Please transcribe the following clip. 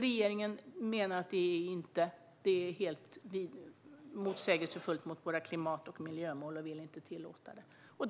Regeringen menar att detta går emot klimat och miljömålen och vill inte tillåta det.